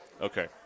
Okay